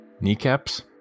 Kneecaps